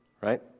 right